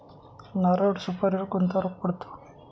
नारळ व सुपारीवर कोणता रोग पडतो?